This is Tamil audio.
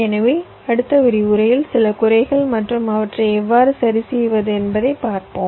எனவே அடுத்த விரிவுரையில் சில குறைகள் மற்றும் அவற்றை எவ்வாறு சரிசெய்வது என்பதைப் பார்ப்போம்